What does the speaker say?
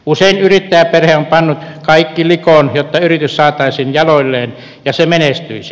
usein yrittäjäperhe on pannut kaikki likoon jotta yritys saataisiin jaloilleen ja se menestyisi